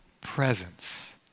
presence